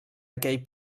aquell